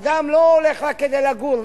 אדם לא הולך רק כדי לגור.